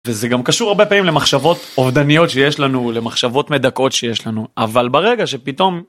וזה גם קשור הרבה פעמים למחשבות אובדניות שיש לנו למחשבות מדכאות שיש לנו אבל ברגע שפתאום.